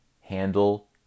Handle